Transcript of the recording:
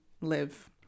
live